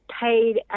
paid